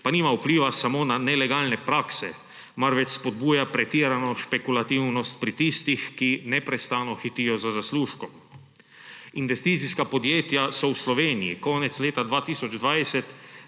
pa nima vpliva samo na nelegalne prakse, marveč spodbuja pretirano špekulativnost pri tistih, ki neprestano hitijo za zaslužkom. Investicijska podjetja so v Sloveniji konec leta 2020